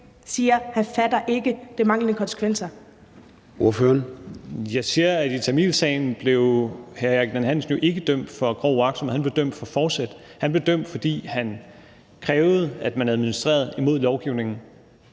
Kl. 13:50 Rasmus Stoklund (S): Jeg siger, at i tamilsagen blev hr. Erik Ninn-Hansen jo ikke dømt for grov uagtsomhed. Han blev dømt for fortsæt. Han blev dømt, fordi han krævede, at man administrerede imod lovgivningen.